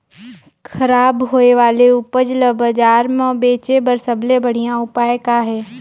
खराब होए वाले उपज ल बाजार म बेचे बर सबले बढ़िया उपाय का हे?